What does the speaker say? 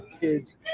kids